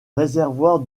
réservoir